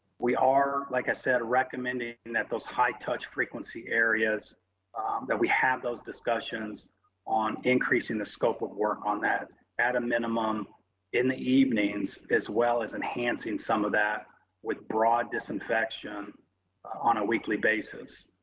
we are, like i said, recommending and that those high touch frequency areas that we have those discussions on increasing the scope of work on that at a minimum in the evenings, as well as enhancing some of that with broad disinfection on a weekly basis.